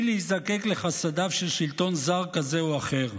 להיזקק לחסדיו של שלטון זר כזה או אחר.